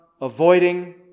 avoiding